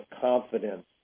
confidence